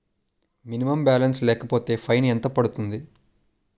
Minimum balance లేకపోతే fine ఎంత పడుతుంది?